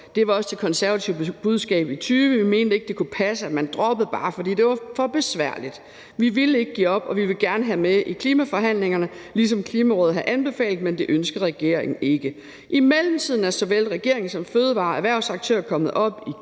op var også det konservative budskab i 2020. Vi mente ikke, at det kunne passe, at man droppede det, bare fordi det var for besværligt. Vi ville ikke give op, og vi ville gerne have det med i klimaforhandlingerne, ligesom Klimarådet havde anbefalet, men det ønskede regeringen ikke. I mellemtiden er såvel regeringen som fødevare- og erhvervsaktørerne kommet op i